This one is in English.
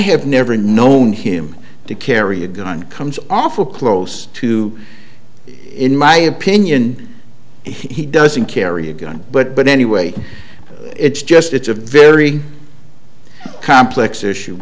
have never known him to carry a gun comes awful close to in my opinion he doesn't carry a gun but anyway it's just it's a very complex issue